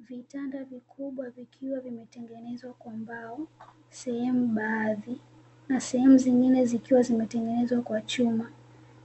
Vitanda vikubwa vikiwa vimetengenezwa kwa mbao sehemu baadhi, na sehemu zingine zikiwa zimetengenezwa kwa chuma,